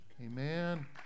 Amen